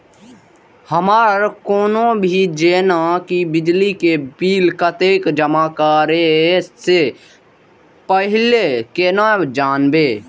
हमर कोनो भी जेना की बिजली के बिल कतैक जमा करे से पहीले केना जानबै?